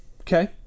Okay